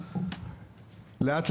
לאט,